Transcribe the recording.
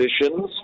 positions